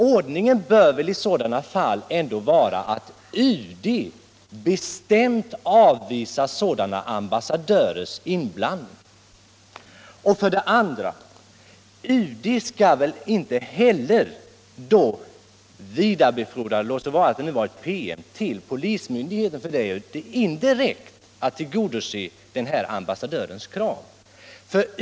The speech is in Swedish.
Ordningen bör väl i dylika fall ändå vara att UD bestämt avvisar sådan inblandning från ambassadörers sida. Och vidare: UD skall väl inte heller vidarebefordra handlingar — låt vara att det nu var en PM - till polismyndigheten, för det är ju indirekt att tillgodose den här ambassadörens krav.